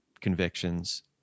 convictions